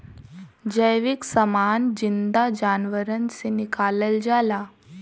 जैविक समान जिन्दा जानवरन से निकालल जाला